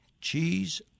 cheese